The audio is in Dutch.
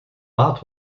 laat